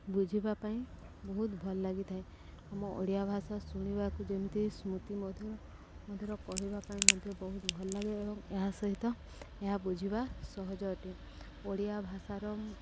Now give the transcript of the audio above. ବୁଝିବା ପାଇଁ ବହୁତ ଭଲ ଲାଗିଥାଏ ଆମ ଓଡ଼ିଆ ଭାଷା ଶୁଣିବାକୁ ଯେମିତି ସ୍ମୃତି ମଧୁର ମଧୁର କହିବା ପାଇଁ ମଧ୍ୟ ବହୁତ ଭଲ ଲାଗେ ଏବଂ ଏହା ସହିତ ଏହା ବୁଝିବା ସହଜ ଅଟେ ଓଡ଼ିଆ ଭାଷାର